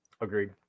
Agreed